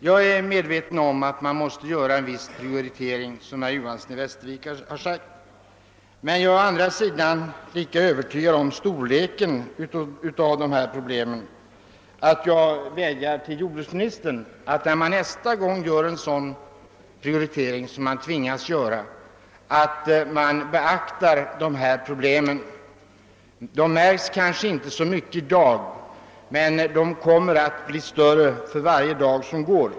Jag är medveten om nödvändigheten av att göra en viss prioritering som herr Johanson i Västervik sade. Men jag är också lika övertygad om storleken av de ifrågavarande problemen och vädjar därför till jordbruksministern att beakta dem när en sådan här nödvändig prioritering skall göras nästa gång. Dessa problem kanske inte märks så mycket i dag men de kommer att växa för varje dag som går.